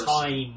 time